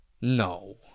no